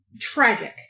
tragic